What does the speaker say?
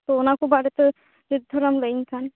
ᱛᱚ ᱚᱱᱟᱠᱚ ᱵᱟᱨᱮᱛᱮ ᱱᱤᱛ ᱛᱷᱳᱲᱟᱢ ᱞᱟ ᱭᱟ ᱧ ᱠᱷᱟᱱ